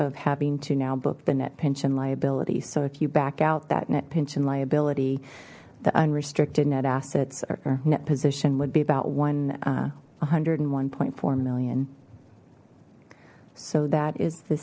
of having to now book the net pension liability so if you back out that net pension liability the unrestricted net assets or net position would be about one hundred and one point four million so that is the